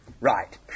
Right